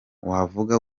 wavuga